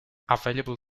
available